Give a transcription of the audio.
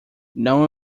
não